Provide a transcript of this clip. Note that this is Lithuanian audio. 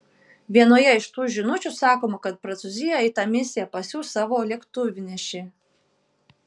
vienoje iš tų žinučių sakoma kad prancūzija į tą misiją pasiųs savo lėktuvnešį